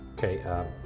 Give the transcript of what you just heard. Okay